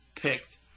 picked